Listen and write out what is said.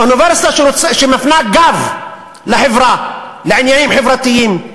אוניברסיטה שמפנה גב לחברה, לעניינים חברתיים.